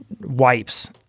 Wipes